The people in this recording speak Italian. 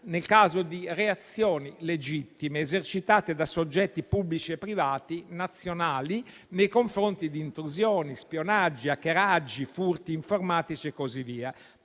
nel caso di reazioni, legittime, esercitate da soggetti pubblici e privati nazionali nei confronti di intrusioni, spionaggi, hackeraggi, furti informatici; emendamenti